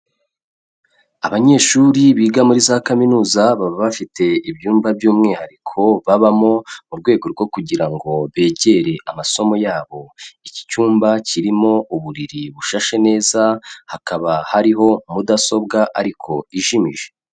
Abanyeshuri biga muri za Kaminuza, baba bafite ibyumba by'umwihariko babamo, mu rwego rwo kugira ngo begere amasomo yabo. Iki cyumba kirimo uburiri bushashe neza, hakaba hariho mudasobwa ariko ijimije.